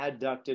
adducted